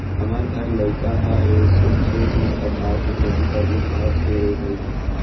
हमर घर लइका ह एसो खेत म पताल के खेती करबो कहत हे रे भई